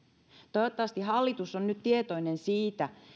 toivottavasti hallitus on nyt tietoinen siitä